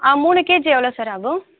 ஆ மூணு கேஜி எவ்வளோ சார் ஆகும்